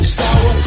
sour